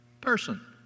person